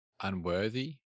unworthy